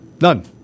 None